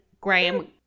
Graham